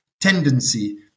tendency